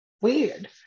weird